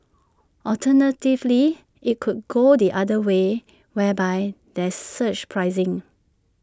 alternatively IT could go the other way whereby there's surge pricing